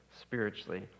spiritually